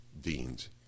deans